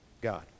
God